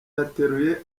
yateruye